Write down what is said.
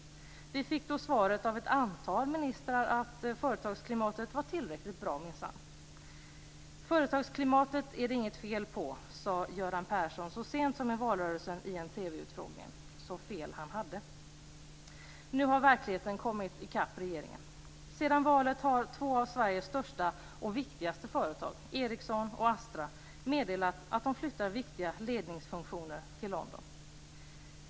Vi fick då svaret av ett antal ministrar att företagsklimatet var tillräckligt bra, minsann. "Företagsklimatet är det inget fel på", sade Göran Persson så sent som i valrörelsen i en TV-utfrågning. Så fel han hade. Nu har verkligheten kommit i kapp regeringen. Sedan valet har två av Sveriges största och viktigaste företag, Eriksson och Astra, meddelat att de flyttar viktiga ledningsfunktioner till London.